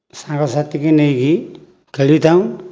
ସାଙ୍ଗସାଥିକି ନେଇକି ଖେଳିଥାଉଁ